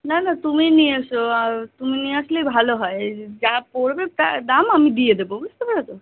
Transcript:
না না তুমি নিয়ে এসো আর তুমি নিয়ে আসলেই ভালো হয় যা পড়বে তা দাম আমি দিয়ে দেবো বুঝতে পেরেছো